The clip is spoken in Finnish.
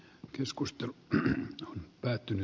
keskustelu päättyy